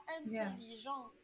intelligent